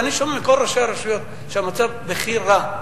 ואני שומע מכל ראשי הרשויות שהמצב בכי רע.